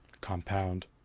compound